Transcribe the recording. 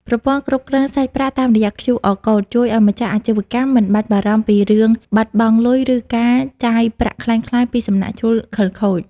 ប្រព័ន្ធគ្រប់គ្រងសាច់ប្រាក់តាមរយៈ QR Code ជួយឱ្យម្ចាស់អាជីវកម្មមិនបាច់បារម្ភពីរឿងបាត់បង់លុយ ឬការចាយប្រាក់ក្លែងក្លាយពីសំណាក់ជនខិលខូច។